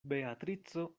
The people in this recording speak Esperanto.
beatrico